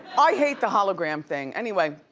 i hate the hologram thing. anyway,